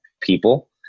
people